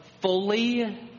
fully